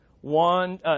one